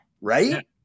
right